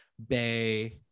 Bay